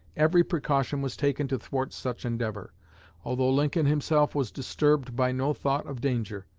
every precaution was taken to thwart such endeavor although lincoln himself was disturbed by no thought of danger.